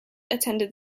attended